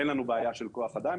אין לנו בעיה של כוח אדם,